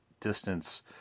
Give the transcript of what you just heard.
distance